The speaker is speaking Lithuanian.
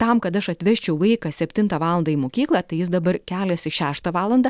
tam kad aš atvežčiau vaiką septintą valandą į mokyklą tai jis dabar keliasi šeštą valandą